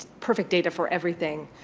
perfect data for everything,